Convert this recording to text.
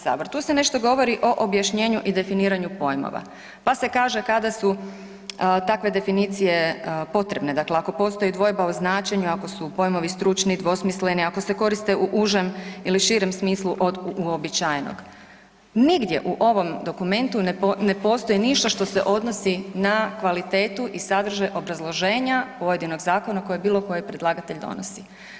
Tu se nešto govori o objašnjenju i definiranju pojmova pa se kaže, kada su takve definicije potrebne, dakle ako postoji dvojba o značenju, ako su pojmovi stručni, dvosmisleni, ako se koriste u užem ili širem smislu od uobičajenog, nigdje u ovom dokumentu ne postoji ništa što se odnosi na kvalitetu i sadržaj obrazloženja pojedinog zakona koje bilo koji predlagatelj donosi.